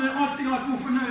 of the ah